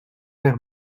vers